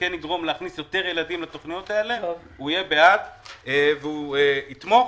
וכן יגרום להכניס יותר ילדים לתוכניות האלה הוא יהיה בעד והוא יתמוך.